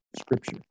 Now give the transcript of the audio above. Scripture